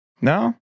No